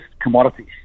commodities